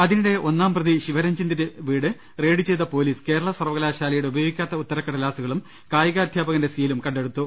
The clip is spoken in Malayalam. അതിനിടെ ഒന്നാം പ്രതി ശിവരഞ്ജിത്തിന്റെ വീട് റെയ്ഡ് ചെയ്ത പൊലീസ് കേരള സർവക ലാശാലയുടെ ഉപയോഗിക്കാത്ത ഉത്തരക്കടലാസുകളും കായികാധ്യാപകന്റെ സീലും കണ്ടെടുത്തു